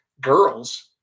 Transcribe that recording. Girls